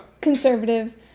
conservative